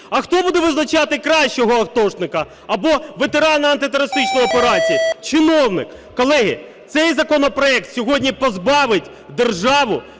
А хто буде визначати кращого атошника або ветерана антитерористичної операції? Чиновник. Колеги, цей законопроект сьогодні позбавить державу